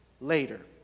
later